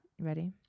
ready